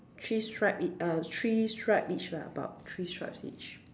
three stripes ea~ uh three stripes each lah about three stripes each